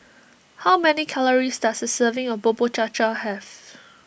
how many calories does a serving of Bubur Cha Cha have